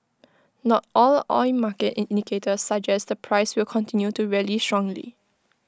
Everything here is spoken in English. not all oil market indicators suggest the price will continue to rally strongly